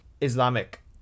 Islamic